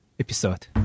Episode